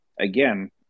again